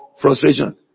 frustration